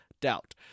doubt